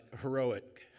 heroic